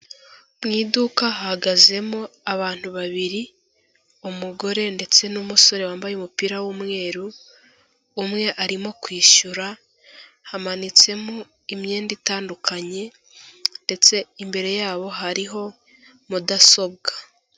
Mu iduka hahagazemo abantu babiri, umugore ndetse n'umusore wambaye umupira w'umweru, umwe arimo kwishyura, hamanitsemo imyenda itandukanye ndetse imbere yabo hariho mudasobwa.